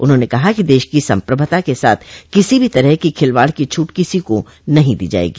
उन्होंने कहा कि देश की सम्प्रभता के साथ किसी भी तरह की खिलवाड़ की छूट किसी को नहीं दी जायेगी